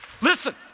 Listen